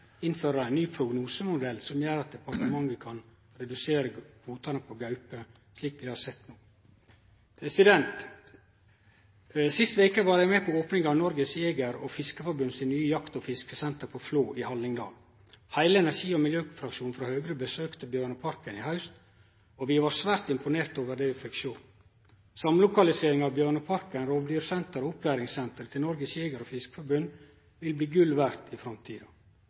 ein ny prognosemodell som gjer at departementet kan redusere kvotane på gaupe – slik vi har sett no. Sist veke var eg med på opninga av Norges Jeger- og Fiskerforbund sitt nye jakt- og fiskesenter i Flå i Hallingdal. Heile energi- og miljøfraksjonen frå Høgre besøkte Bjørneparken i haust, og vi var svært imponerte over det vi fekk sjå. Samlokaliseringa av Bjørneparken, Rovdyrsenteret og opplæringssenteret til Norges Jeger- og Fiskerforbund vil bli gull verd i framtida.